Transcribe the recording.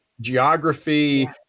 Geography